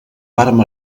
vàrem